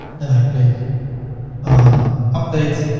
then i click on update,